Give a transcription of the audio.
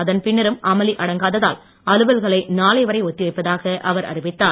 அதன் பின்னரம் அமளி அடங்காததால் அலுவல்களை நாளை வரை ஒத்திவைப்பதாக அவர் அறிவித்தார்